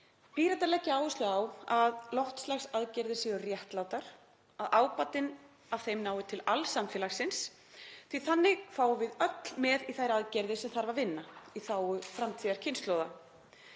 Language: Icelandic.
Píratar leggja áherslu á að loftslagsaðgerðir séu réttlátar, að ábatinn af þeim nái til alls samfélagsins, því þannig fáum við öll með í þær aðgerðir sem þarf að vinna í þágu framtíðarkynslóða.